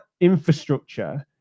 infrastructure